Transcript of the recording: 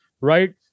right